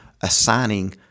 assigning